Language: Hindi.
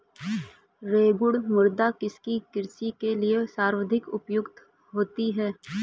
रेगुड़ मृदा किसकी कृषि के लिए सर्वाधिक उपयुक्त होती है?